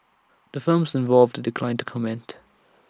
the firms involved declined to comment